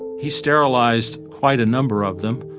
he sterilized quite a number of them,